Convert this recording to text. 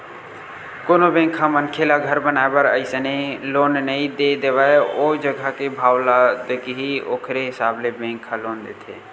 कोनो बेंक ह मनखे ल घर बनाए बर अइसने लोन नइ दे देवय ओ जघा के भाव ल देखही ओखरे हिसाब ले बेंक ह लोन देथे